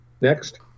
Next